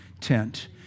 tent